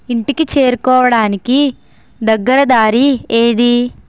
ఇంటికి చేరుకోవడానికి దగ్గర దారి ఏది